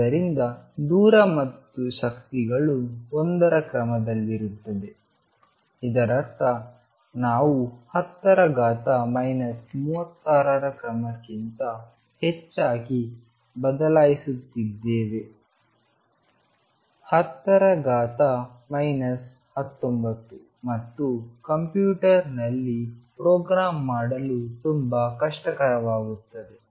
ಆದ್ದರಿಂದ ದೂರ ಮತ್ತು ಶಕ್ತಿಗಳು 1 ರ ಕ್ರಮದಲ್ಲಿರುತ್ತವೆ ಇದರರ್ಥ ನಾವು 10 ರ ಘಾತ ಮೈನಸ್ 36 ರ ಕ್ರಮಕ್ಕಿಂತ ಹೆಚ್ಚಾಗಿ ಬದಲಾಯಿಸುತ್ತೇವೆ 10 ರ ಘಾತ ಮೈನಸ್ 19 ಮತ್ತು ಕಂಪ್ಯೂಟರ್ನಲ್ಲಿ ಪ್ರೋಗ್ರಾಂ ಮಾಡಲು ತುಂಬಾ ಕಷ್ಟವಾಗುತ್ತದೆ